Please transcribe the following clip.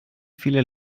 viele